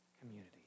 community